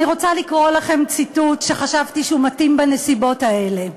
אני רוצה לקרוא לכם ציטוט שחשבתי שהוא מתאים בנסיבות האלה: